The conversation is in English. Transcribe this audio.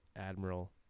Admiral